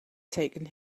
taken